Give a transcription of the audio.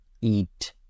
eat